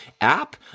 app